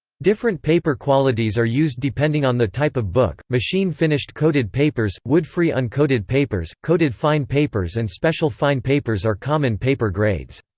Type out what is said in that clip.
different paper qualities are used depending on the type of book machine finished coated papers, woodfree uncoated papers, coated fine papers and special fine papers are common paper grades.